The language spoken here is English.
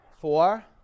Four